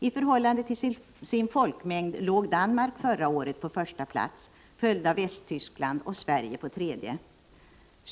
I förhållande till sin folkmängd låg Danmark förra året på första plats följt av Västtyskland på andra och Sverige på tredje.